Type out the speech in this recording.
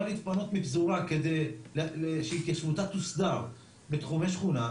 להתפנות מפזורה כדי שהתיישבותה תוסדר בתחומי שכונה,